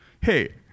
hey